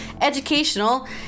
educational